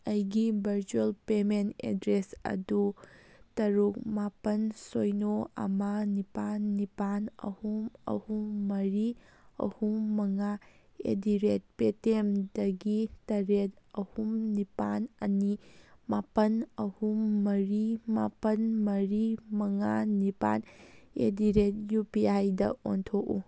ꯑꯩꯒꯤ virtual payment address ꯑꯗꯨ ꯇꯔꯨꯛ ꯃꯥꯄꯜ ꯁꯤꯅꯣ ꯑꯃ ꯅꯤꯄꯥꯜ ꯅꯤꯄꯥꯜ ꯑꯍꯨꯝ ꯑꯍꯨꯝ ꯃꯔꯤ ꯑꯍꯨꯝ ꯃꯉꯥ ꯑꯦꯠ ꯗꯤ ꯔꯦꯠ ꯄꯦ ꯇꯤ ꯑꯦꯝꯗꯒꯤ ꯇꯔꯦꯠ ꯑꯍꯨꯝ ꯅꯤꯄꯥꯜ ꯑꯅꯤ ꯃꯥꯄꯜ ꯑꯍꯨꯝ ꯃꯔꯤ ꯃꯥꯄꯜ ꯃꯔꯤ ꯃꯉꯥ ꯅꯤꯄꯥꯜ ꯑꯦꯠ ꯗꯤ ꯔꯦꯠ ꯌꯨ ꯄꯤ ꯑꯥꯏꯗ ꯑꯣꯟꯊꯣꯛꯎ